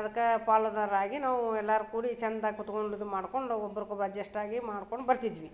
ಅದ್ಕೆ ಪಾಲುದಾರರಾಗಿ ನಾವು ಎಲ್ಲರು ಕೂಡಿ ಚೆಂದಾಗಿ ಕೂತ್ಕೊಂಡು ಇದು ಮಾಡಿಕೊಂಡು ಒಬ್ರಿಗೊಬ್ರು ಅಡ್ಜಸ್ಟ್ ಆಗಿ ಮಾಡ್ಕೊಂಡು ಬರ್ತಿದ್ವಿ